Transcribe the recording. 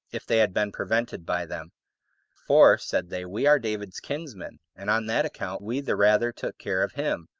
if they had been prevented by them for, said they, we are david's kinsmen, and on that account we the rather took care of him,